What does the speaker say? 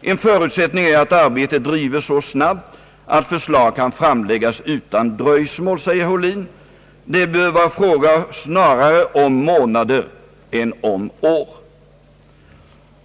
»En förutsättning är att arbetet drives så snabbt att förslag kan framläggas utan dröjsmål», säger herr Ohlin och fortsätter: »Det bör vara fråga snarare om månader än om år.»